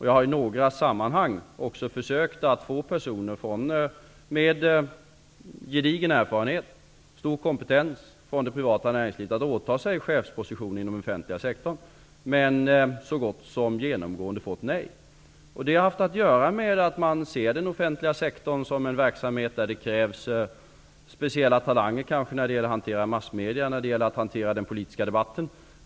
Jag har i några sammanhang försökt få personer med gedigen erfarenhet och stor kompetens från det privata näringslivet att åta sig chefspositioner inom den offentliga sektorn. Men jag har så gott som genomgående fått nej till svar. Det här har berott på att de har sett den offentliga sektorn som en verksamhet där det krävs speciella talanger när det gäller att hantera massmedier och den politiska debatten.